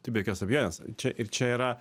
tai be jokios abejonės čia ir čia yra